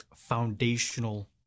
foundational